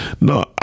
No